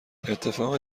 اتفاق